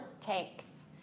takes